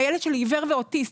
הילד שלי עיוור ואוטיסט,